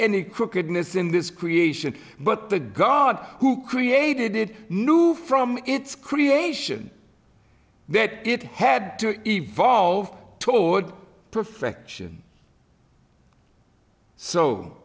any crookedness in this creation but the guard who created it knew from its creation that it had to evolve toward perfection so